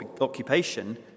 occupation